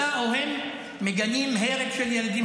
אתה או הם מגנים הרג של ילדים פלסטינים?